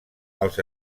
els